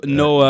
no